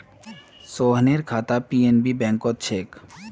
सोहनेर खाता पी.एन.बी बैंकत छेक